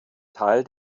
teil